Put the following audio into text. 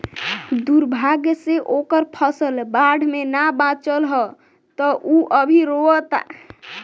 दुर्भाग्य से ओकर फसल बाढ़ में ना बाचल ह त उ अभी रोओता